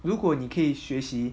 如果你可以学习